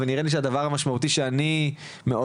אבל נראה לי שהדבר המשמעותי שאני מאוד